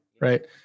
right